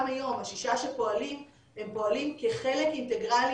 גם היום השישה שפועלים הם פועלים כחלק אינטגרלי